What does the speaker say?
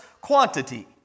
quantity